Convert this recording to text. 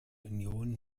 union